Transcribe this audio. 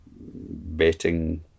betting